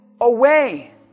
away